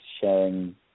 sharing